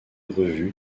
revue